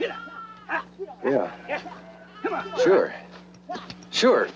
yeah yeah yeah sure